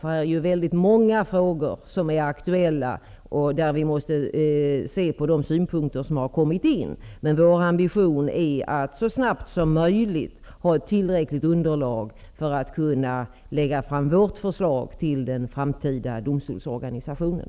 Det är ju många frågor som är aktuella och vi måste beakta de synpunkter som har kommit in. Men vår ambition är att så snabbt som möjligt få fram ett tillräckligt underlag för att kunna presentera vårt förslag till den framtida domstolsorganisationen.